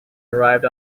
arrived